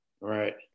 Right